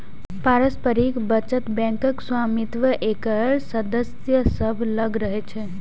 पारस्परिक बचत बैंकक स्वामित्व एकर सदस्य सभ लग रहै छै